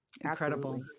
incredible